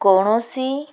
କୌଣସି